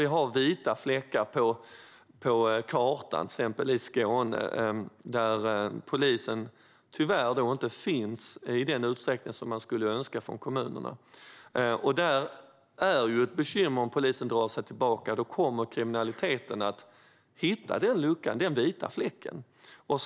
Vi har vita fläckar på kartan, till exempel i Skåne där polisen tyvärr inte finns i den utsträckning som kommunerna önskar. När polisen drar sig tillbaka kommer kriminaliteten att hitta dessa vita fläckar.